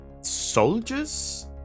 soldiers